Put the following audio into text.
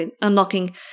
unlocking